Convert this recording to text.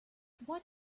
what